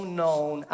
known